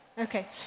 Okay